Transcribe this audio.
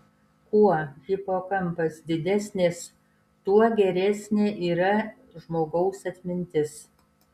kuo hipokampas didesnės tuo geresnė yra žmogaus atmintis